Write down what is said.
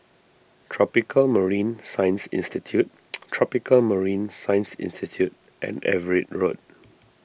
Tropical Marine Science Institute Tropical Marine Science Institute and Everitt Road